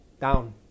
down